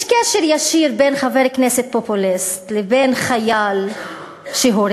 יש קשר ישיר בין חבר כנסת פופוליסט לבין חייל שהורג